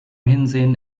hinsehen